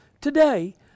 Today